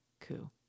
coup